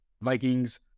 Vikings